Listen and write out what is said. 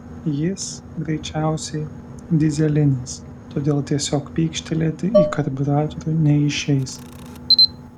jis greičiausiai dyzelinis todėl tiesiog pykštelėti į karbiuratorių neišeis